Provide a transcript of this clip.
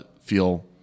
feel